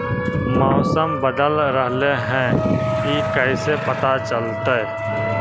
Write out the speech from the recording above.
मौसम बदल रहले हे इ कैसे पता चलतै?